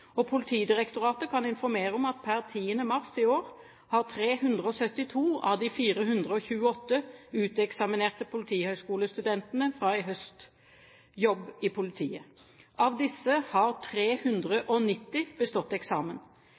2010. Politidirektoratet kan informere om at per 10. mars i år har 372 av de 428 uteksaminerte politihøgskolestudentene fra i høst jobb i politiet. Av disse har 390 bestått eksamen.